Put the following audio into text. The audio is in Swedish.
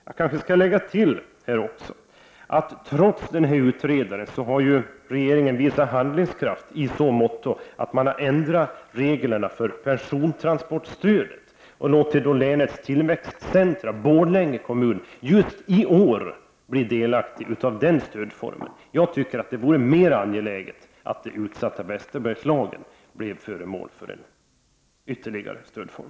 Jag kan lägga till att trots utredaren har regeringen visat handlingskraft i så måtto att man har ändrat reglerna för persontransportstödet. Man har låtit länets tillväxtcentrum, Borlänge kommun, just i år bli delaktigt av den stödformen. Jag tycker att det vore mer angeläget att det utsatta Västerbergslagen blev föremål för en ytterligare stödform.